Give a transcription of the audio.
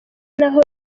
naho